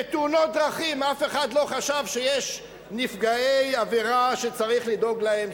בתאונות דרכים אף אחד לא חשב שיש נפגעי עבירה שצריך לדאוג להם,